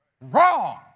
Wrong